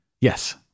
Yes